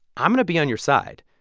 i'm going to be on your side.